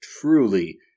truly